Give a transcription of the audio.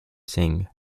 sing